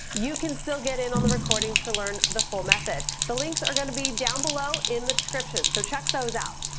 you can still get in on the recordings to learn the full method. the links are gonna be down below in the description so check those out.